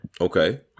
Okay